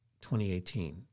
2018